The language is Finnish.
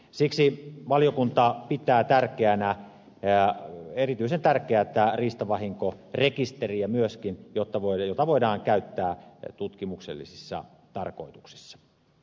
siksi valiokunta pitää erityisen tärkeänä riistavahinkorekisteriä myöskin jota voidaan käyttää tutkimuksellisissa tarkoituksissa